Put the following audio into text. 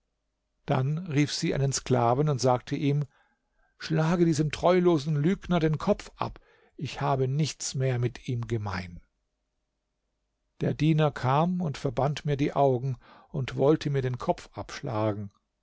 dann rief sie einen sklaven und sagte ihm schlage diesem treulosen lügner den kopf ab ich habe nichts mehr mit ihm gemein der diener kam und verband mir die augen und wollte mir den kopf abschlagen